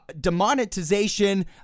demonetization